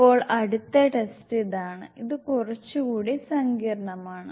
ഇപ്പോൾ അടുത്ത ടെസ്റ്റ് ഇതാണ് ഇത് കുറച്ചുകൂടി സങ്കീർണ്ണമാണ്